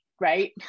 right